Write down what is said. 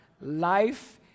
life